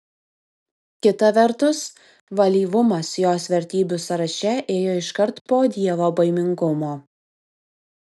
kita vertus valyvumas jos vertybių sąraše ėjo iškart po dievobaimingumo